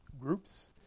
groups